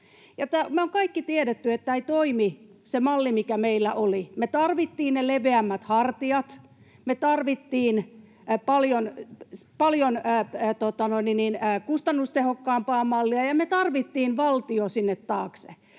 Me ollaan kaikki tiedetty, että se malli, mikä meillä oli, ei toiminut. Me tarvittiin ne leveämmät hartiat, me tarvittiin paljon kustannustehokkaampi malli, ja me tarvittiin valtio sinne taakse.